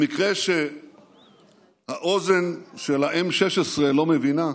במקרה שהאוזן של ה-16M לא מבינה,